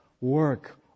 work